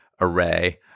array